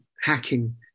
Hacking